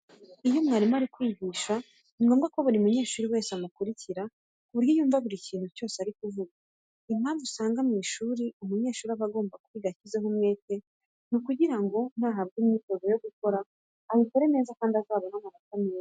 Iyo mwarimu ari kwigisha ni ngombwa ko buri munyeshuri wese amukurikira ku buryo yumva buri kintu cyose ari kuvuga. Impamvu usanga mu ishuri umunyeshuri aba agomba kwiga ashyizeho umwete, ni ukugira ngo nahabwa imyitozo yo gukora ayikore neza kandi azabone amanota meza.